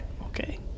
Okay